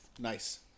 Nice